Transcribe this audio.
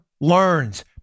learns